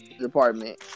department